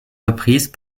reprises